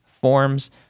forms